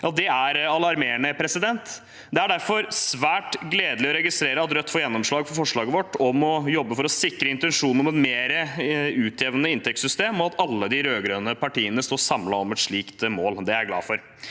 Det er alarmerende. Det er derfor svært gledelig å registrere at Rødt får gjennomslag for forslaget sitt om å jobbe for å sikre intensjonen om et mer utjevnende inntektssystem, og at alle de rød-grønne partiene står samlet om et slikt mål. Det er jeg glad for.